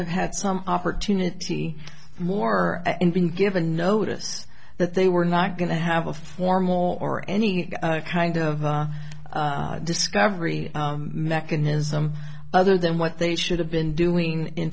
have had some opportunity more and been given notice that they were not going to have a formal or any kind of discovery mechanism other than what they should have been doing in